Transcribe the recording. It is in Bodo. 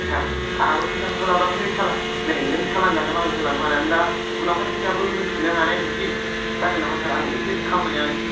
सार आहाबो फैसाखौबो लाबोआखै सालान नै नों सालान दानोबा आं होलांनोबो हाला दा उनावहाय फैनानैबो होफैफिननो हानाय बिदि जागोन नामा सार आं एसे खामानिया